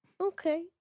Okay